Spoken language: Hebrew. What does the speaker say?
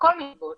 מכול מיני סיבות,